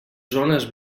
zones